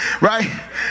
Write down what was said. right